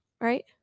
right